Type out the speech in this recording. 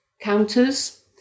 counters